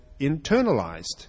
internalized